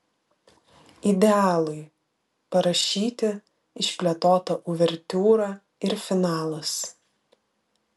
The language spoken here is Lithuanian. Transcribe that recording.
idealui parašyti išplėtota uvertiūra ir finalas